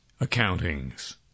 accountings